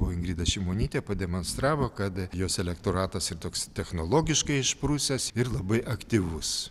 o ingrida šimonytė pademonstravo kad jos elektoratas ir toks technologiškai išprusęs ir labai aktyvus